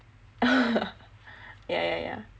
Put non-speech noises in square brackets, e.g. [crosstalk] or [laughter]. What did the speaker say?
[laughs] yah yah yah